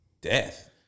death